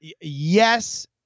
Yes